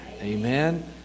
Amen